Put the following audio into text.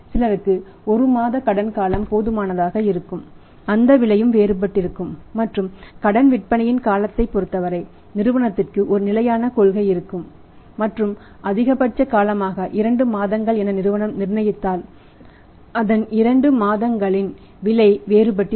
சிலருக்கு 1 மாதம் கடன் காலம் போதுமானதாக இருக்கும் அந்த விலையும் வேறுபட்டிருக்கும் மற்றும் கடன் விற்பனை காலத்தைப் பொறுத்தவரை நிறுவனத்திற்கு ஒரு நிலையான கொள்கை இருக்கும் மற்றும் அதிகபட்ச காலமாக 2 மாதங்கள் என நிறுவனம் நிர்ணயித்தால் அதன் 2 மாதங்களின் விலை வேறுபட்டிருக்கும்